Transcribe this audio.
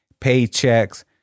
paychecks